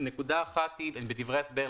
נקודה אחת בדברי ההסבר,